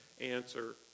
answer